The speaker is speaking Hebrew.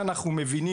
למשל,